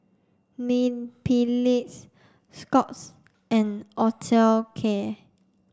Mepilex Scott's and Osteocare